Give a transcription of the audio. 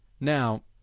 now